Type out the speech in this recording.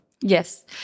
Yes